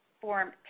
Form